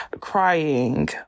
Crying